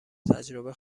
تجربه